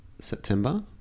september